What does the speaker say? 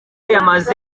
yamaze